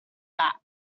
that